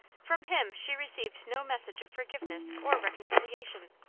from him she received no message of forgiveness or reconciliation.